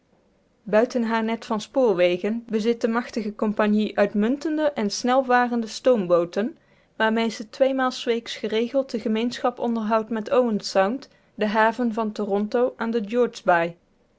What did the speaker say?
buiten haar net van spoorwegen bezit de machtige compagnie uitmuntende en snelvarende stoombooten waarmee ze tweemaal s weeks geregeld de gemeenschap onderhoudt met owen sound de haven van toronto aan de